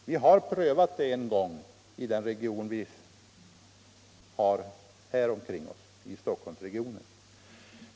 Vi har prövat den saken en gång, nämligen i Stockholmsregionen.